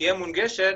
תהיה מונגשת,